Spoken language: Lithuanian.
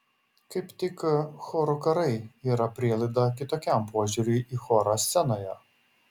kaip tik chorų karai yra prielaida kitokiam požiūriui į chorą scenoje